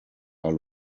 are